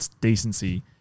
decency